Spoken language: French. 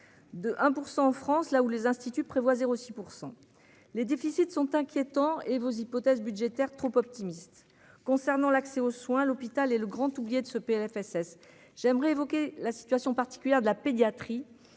de 1 % en France, là où les instituts prévoient 0 6 % les déficits sont inquiétants et vos hypothèses budgétaires trop optimistes concernant l'accès aux soins à l'hôpital et le grand oublié de ce PLFSS j'aimerais évoquer la situation particulière de la pédiatrie